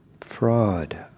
fraud